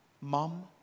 Mom